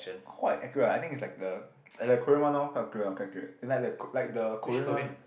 quite accurate ah I think is like the like the Korean one loh quite accurate quite accurate like the like the Korean one